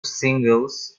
singles